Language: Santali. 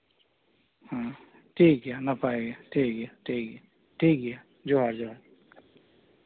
ᱦᱮᱸ ᱴᱷᱤᱠᱜᱮᱭᱟ ᱱᱟᱯᱟᱭᱜᱮ ᱴᱷᱤᱠᱜᱮᱭᱟ ᱴᱷᱤᱠᱜᱮᱭᱟ ᱴᱷᱤᱠᱜᱮᱭᱟ ᱡᱚᱦᱟᱨ ᱡᱚᱦᱟᱨ